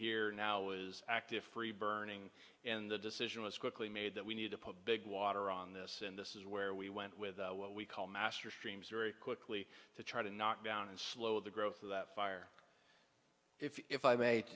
here now is active free burning in the decision was quickly made that we need to put a big water on this and this is where we went with what we call master streams very quickly to try to knock down and slow the growth of that fire if i ma